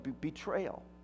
betrayal